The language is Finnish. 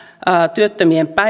työttömien